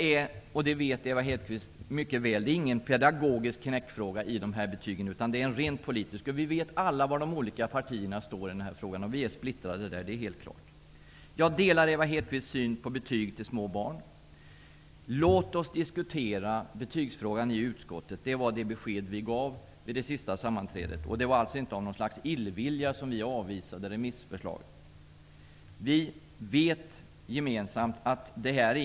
Ewa Hedkvist vet mycket väl att detta inte är någon pedagogisk knäckfråga, utan det är en ren politisk fråga. Vi vet också alla att de politiska partierna är splittrade. Jag delar Ewa Hedkvists syn på betygssättande av små barns prestationer. Låt oss diskutera betygsfrågan i utskottet. Det var det besked som vi gav under det senaste sammanträdet. Vi avvisade inte remissförslaget av något slags illvilja.